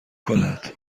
کند